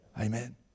Amen